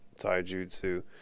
taijutsu